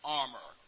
armor